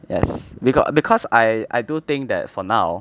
yes because because I I do think that for now